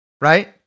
right